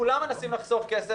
כולם מנסים לחסוך כסף.